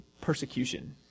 persecution